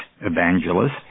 evangelists